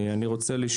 הייתה לך קליטה?